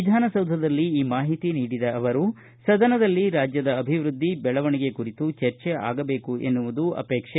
ವಿಧಾನಸೌಧದಲ್ಲಿ ಈ ಮಾಹಿತಿ ನೀಡಿದ ಅವರು ಸದನದಲ್ಲಿ ರಾಜ್ಯದ ಅಭಿವೃದ್ಧಿ ಬೆಳವಣಿಗೆ ಕುರಿತು ಚರ್ಚೆ ಆಗಬೇಕು ಎನ್ನುವುದು ಅವೇಕ್ಷೆ